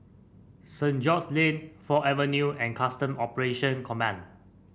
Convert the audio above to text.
Saint George's Lane Ford Avenue and Customs Operations Command